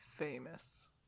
Famous